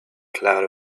cloud